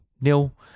nil